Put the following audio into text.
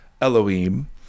Elohim